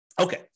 Okay